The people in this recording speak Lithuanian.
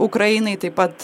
ukrainai taip pat